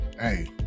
hey